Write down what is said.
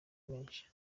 menshi